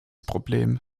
problem